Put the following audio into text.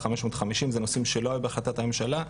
550 אלו נושאים שלא היו בהחלטת ממשלה,